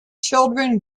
children